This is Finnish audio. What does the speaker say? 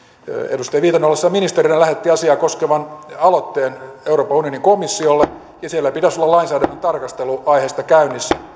edustaja viitanen ollessaan ministerinä lähetti asiaa koskevan aloitteen euroopan unionin komissiolle ja siellä pitäisi olla lainsäädäntötarkastelu aiheesta käynnissä